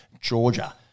Georgia